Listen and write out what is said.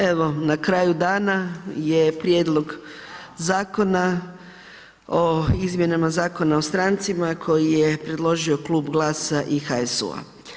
Evo na kraju dana je Prijedlog zakona o izmjenama Zakona o strancima koji je predložio klub GLAS-a i HSU-a.